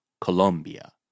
Colombia